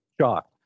shocked